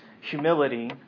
humility